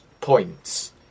points